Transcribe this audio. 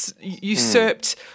usurped